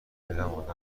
میدم